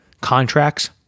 contracts